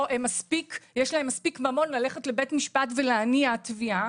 או אם יש להן מספיק ממון ללכת לבית משפט ולהניע תביעה.